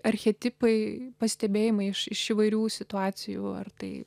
archetipai pastebėjimai iš iš įvairių situacijų ar tai